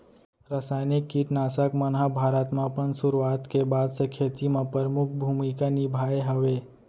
रासायनिक किट नाशक मन हा भारत मा अपन सुरुवात के बाद से खेती मा परमुख भूमिका निभाए हवे